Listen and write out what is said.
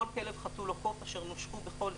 בכלבת וההוראות דלקמן תחולנה על אזור כזה עד